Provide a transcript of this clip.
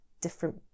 different